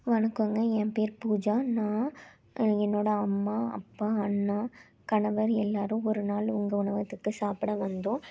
வணக்கங்க என் பேர் பூஜா நான் என்னோட அம்மா அப்பா அண்ணா கணவர் எல்லோரும் ஒரு நாள் உங்கள் உணவகத்துக்கு சாப்பிட வந்தோம்